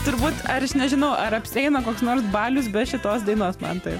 turbūt aš nežinau ar apsieina koks nors balius be šitos dainos mantai